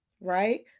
Right